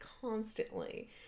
constantly